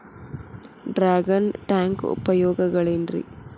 Dragon tank ಉಪಯೋಗಗಳೆನ್ರಿ?